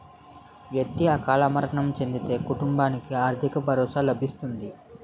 వ్యక్తి అకాల మరణం చెందితే కుటుంబానికి ఆర్థిక భరోసా లభిస్తుంది